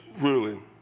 ruling